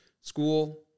school